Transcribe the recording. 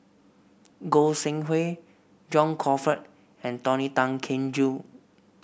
Goi Seng Hui John Crawfurd and Tony Tan Keng Joo